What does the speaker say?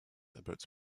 about